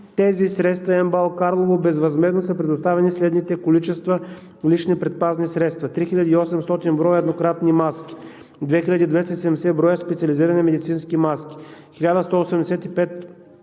тези средства на МБАЛ – Карлово, безвъзмездно са предоставени следните количества лични предпазни средства: 3800 броя еднократни маски; 2270 броя специализирани медицински маски; 1185 броя